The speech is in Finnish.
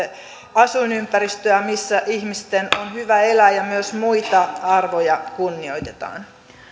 asuinympäristöä missä ihmisten on hyvä elää ja myös muita arvoja kunnioitetaan